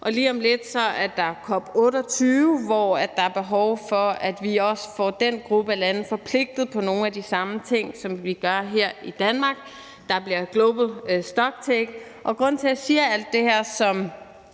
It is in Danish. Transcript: og lige om lidt er der COP 28, hvor der er behov for, at vi også får den gruppe af lande forpligtet på nogle af de samme ting, som vi gør her i Danmark. Der bliver global stocktake. Grunden til, at jeg siger alt det her som